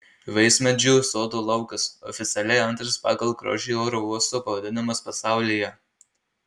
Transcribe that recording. vaismedžių sodo laukas oficialiai antras pagal grožį oro uosto pavadinimas pasaulyje